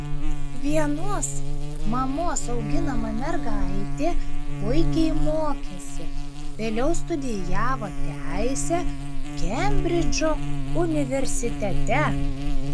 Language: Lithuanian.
vienos mamos auginama mergaitė puikiai mokėsi vėliau studijavo teisę kembridžo universitete